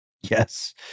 Yes